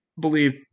believe